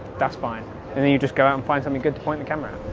that's fine and then you just go out and find something good to point the camera.